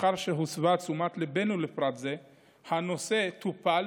לאחר שהוסבה תשומת ליבנו לפרט זה הנושא טופל